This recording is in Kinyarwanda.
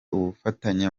ubufatanye